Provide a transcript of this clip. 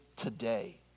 today